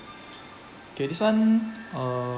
okay this one uh